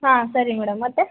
ಹಾಂ ಸರಿ ಮೇಡಮ್ ಮತ್ತೆ